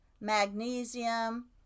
magnesium